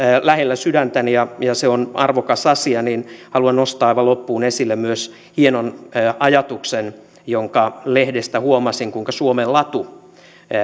lähellä sydäntäni ja ja se on arvokas asia niin haluan nostaa aivan loppuun esille myös hienon ajatuksen jonka lehdestä huomasin suomen latu